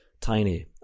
tiny